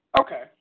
Okay